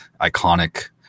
iconic